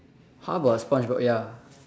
how about Spongebob ya